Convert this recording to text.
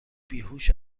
بیهوش